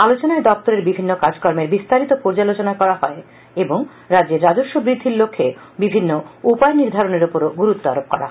আলোচনায় দপ্তরের বিভিন্ন কাজকর্মের বিস্তারিত পর্যালোচনা করা হয় এবং রাজ্যের রাজস্ব বৃদ্ধির লক্ষ্যে বিভিন্ন উপায় নির্ধারনের উপরও গুরুত্বারোপ করা হয়